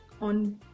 on